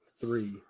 three